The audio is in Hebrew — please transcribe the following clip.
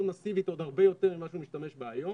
מסיבית עוד הרבה יותר ממה שהוא משתמש בו היום,